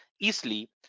easily